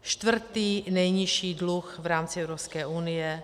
Čtvrtý nejnižší dluh v rámci Evropské unie.